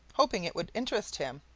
hoping it would interest him.